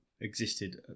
existed